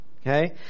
Okay